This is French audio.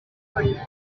cet